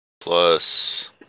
plus